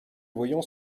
voyants